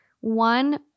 One